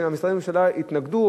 כשמשרדי הממשלה התנגדו,